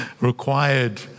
required